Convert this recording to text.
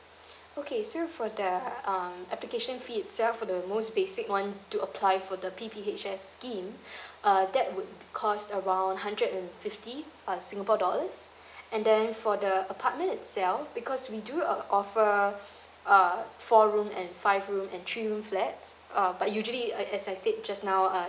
okay so for the um application fee itself for the most basic [one] to apply for the P_P_H_S scheme uh that would cost around hundred and fifty uh singapore dollars and then for the apartment itself because we do uh offer uh four room and five room and three room flats uh but usually as as I said just now uh